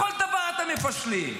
בכל דבר אתם מפשלים,